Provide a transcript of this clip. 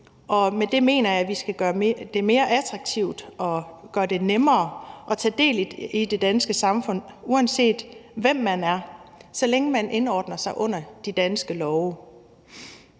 Med det mener jeg, at vi skal gøre det mere attraktivt og gøre det nemmere at tage del i det danske samfund, uanset hvem man er, så længe man indordner sig under de danske love.